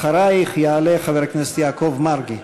אחרייך יעלה חבר הכנסת יעקב מרגי.